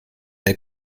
mehr